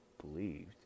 believed